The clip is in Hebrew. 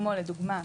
כמו לדוגמא,